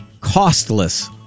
Costless